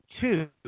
two